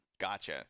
Gotcha